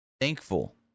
thankful